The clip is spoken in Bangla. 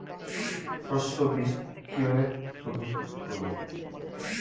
সর্ষে বিজ কিভাবে সোধোন করব?